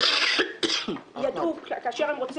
אי-אפשר לעשות